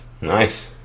Nice